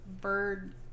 bird